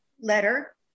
letter